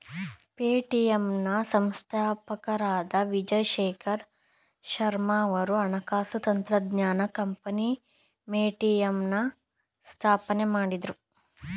Paytm ನ ಸಂಸ್ಥಾಪಕರಾದ ವಿಜಯ್ ಶೇಖರ್ ಶರ್ಮಾರವರು ಹಣಕಾಸು ತಂತ್ರಜ್ಞಾನ ಕಂಪನಿ ಪೇಟಿಎಂನ ಸ್ಥಾಪನೆ ಮಾಡಿದ್ರು